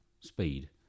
speed